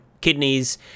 kidneys